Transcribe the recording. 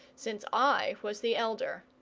since i was the elder.